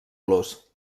los